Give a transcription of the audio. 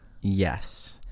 Yes